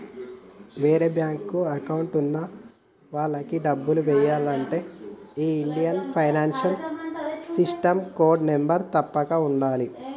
వేరే bank account ఉన్న వాళ్లకి డబ్బుల్ని ఎయ్యాలంటే ఈ Indian financial system code number తప్పక ఉండాలే